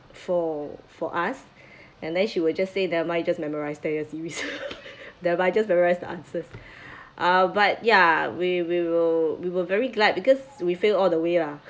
for for us and then she would just say never mind just memorise ten year series never mind just memorise the answers uh but ya we we were we were very glad because we fail all the way lah